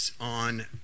on